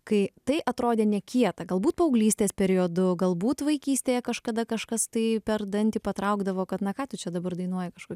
kai tai atrodė nekieta galbūt paauglystės periodu galbūt vaikystėje kažkada kažkas tai per dantį patraukdavo kad na ką tu čia dabar dainuoji kažko